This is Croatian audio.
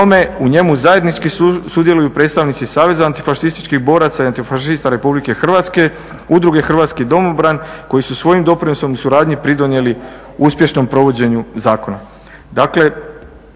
u njemu zajednički sudjeluju predstavnici saveza antifašističkih boraca i antifašista Republike Hrvatske, Udruge Hrvatskih domobran koje su svojim doprinosom u suradnji pridonijeli uspješnom provođenju zakona.